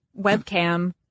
webcam